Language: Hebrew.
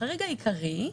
החריג העיקרי,